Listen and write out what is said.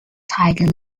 tiger